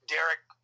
Derek